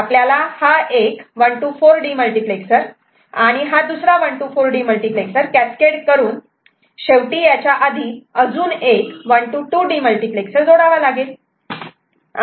आपल्याला हा एक 1 to 4 डीमल्टिप्लेक्सर आणि हा दुसरा 1 to 4 डीमल्टिप्लेक्सर कॅस्केड करून शेवटी याच्या आधी अजून एक 1 to 2 डीमल्टिप्लेक्सर जोडावा लागेल